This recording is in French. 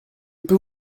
peux